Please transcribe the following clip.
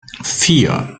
vier